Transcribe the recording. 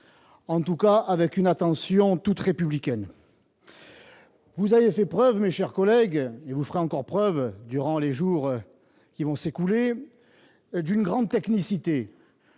en tout cas avec une attention toute républicaine ! Alors ça ! Vous avez fait preuve, chers collègues, et vous ferez encore preuve dans les jours qui viennent d'une grande technicité.